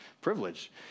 privilege